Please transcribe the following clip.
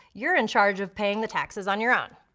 you're in charge of paying the taxes on your own.